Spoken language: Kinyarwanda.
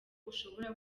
ushobora